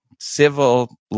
civil